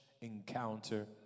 encounter